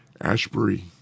Ashbury